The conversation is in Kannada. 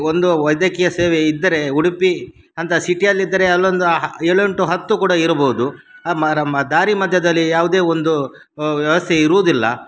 ಒಂದು ವೈದ್ಯಕೀಯ ಸೇವೆ ಇದ್ದರೆ ಉಡುಪಿ ಅಂಥ ಸಿಟಿಯಲ್ಲಿದ್ದರೆ ಅಲ್ಲೊಂದು ಏಳೆಂಟು ಹತ್ತು ಕೂಡ ಇರ್ಬೋದು ದಾರಿ ಮಧ್ಯದಲ್ಲಿ ಯಾವುದೇ ಒಂದು ವ್ಯವಸ್ಥೆ ಇರುವುದಿಲ್ಲ